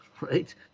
Right